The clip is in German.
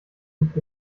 gibt